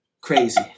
crazy